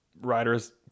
riders